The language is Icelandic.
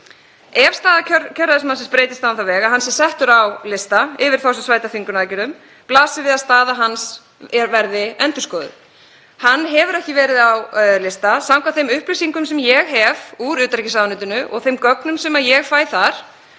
Ef staða kjörræðismannsins breytist á þann veg að hann sé settur á lista yfir þá sem sæta þvingunaraðgerðum blasir við að staða hans verður endurskoðuð. Hann hefur ekki verið á lista. Samkvæmt þeim upplýsingum sem ég hef úr utanríkisráðuneytinu, í þeim gögnum sem ég fæ þaðan,